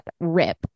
rip